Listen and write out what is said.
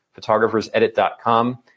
photographersedit.com